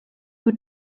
who